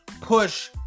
push